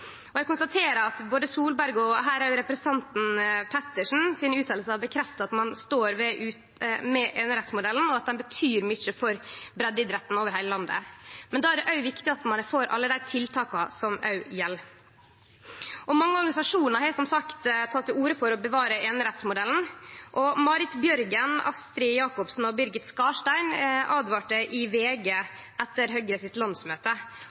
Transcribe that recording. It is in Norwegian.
Eg konstaterer at både Solberg og – her – representanten Pettersens utsegner har bekrefta at ein står ved einerettsmodellen, og at han betyr mykje for breiddeidretten over heile landet. Men då er det viktig at ein er for alle dei tiltaka som òg gjeld. Mange organisasjonar har som sagt teke til orde for å bevare einerettsmodellen, og Marit Bjørgen, Astrid Uhrenholdt Jacobsen og Birgit Skarstein åtvara i VG etter Høgres landsmøte